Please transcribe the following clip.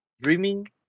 dreaming